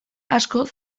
askok